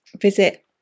visit